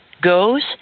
goes